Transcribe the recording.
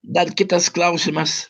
dar kitas klausimas